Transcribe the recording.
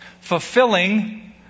Fulfilling